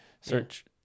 search